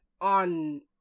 on